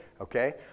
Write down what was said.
okay